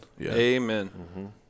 Amen